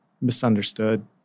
Misunderstood